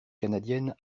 canadienne